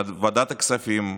ועדת הכספים,